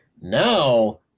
Now